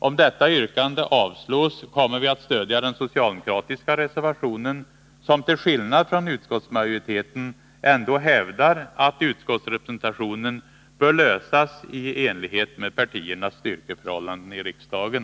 Om detta yrkande avslås, kommer vi att stödja den socialdemokratiska reservationen, som till skillnad från utskottsmajoriteten ändå hävdar att utskottsrepresentationen bör lösas i enlighet med partiernas styrkeförhållanden i riksdagen.